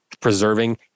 preserving